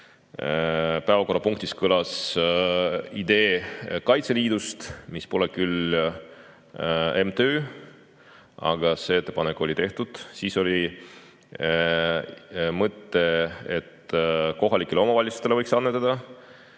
päevakorrapunktis kõlas idee Kaitseliidust, mis pole küll MTÜ, aga sellekohane ettepanek tehti. Siis oli mõte, et kohalikele omavalitsustele võiks annetada,